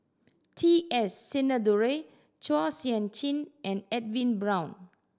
T S Sinnathuray Chua Sian Chin and Edwin Brown